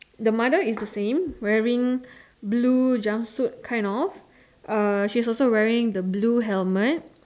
the mother is the same wearing blue jumpsuit kind of uh she's also wearing the blue helmet